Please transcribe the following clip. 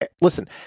listen